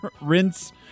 Rinse